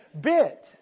bit